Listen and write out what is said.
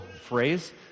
phrase